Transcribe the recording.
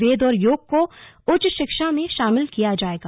वेद और योग को उच्च शिक्षा में शामिल किया जायेगा